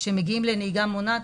שמגיעים לנהיגה מונעת,